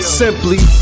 simply